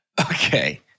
Okay